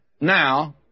Now